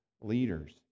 leaders